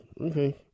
Okay